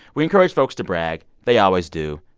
we encourage folks to brag. they always do.